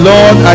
Lord